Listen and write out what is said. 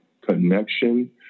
connection